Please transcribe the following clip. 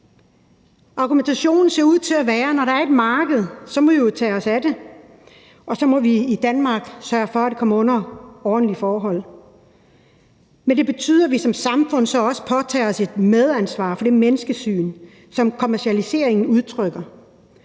Argumentationen for det ser ud til at være, at når der er et marked, må vi jo tage os af det, og så må vi i Danmark sørge for, at det sker under ordentlige forhold. Men det betyder, at vi som samfund så også påtager os et medansvar for det menneskesyn, som kommercialiseringen er udtryk for.